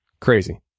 crazy